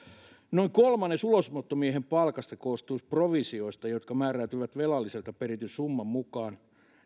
noin kolmannes ulosottomiehen palkasta koostuu provisioista jotka määräytyvät velalliselta perityn summan mukaan